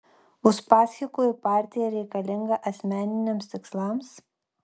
uspaskichui partija reikalinga asmeniniams tikslams